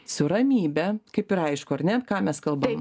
su ramybe kaip ir aišku ar ne ką mes kalbam